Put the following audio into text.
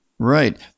Right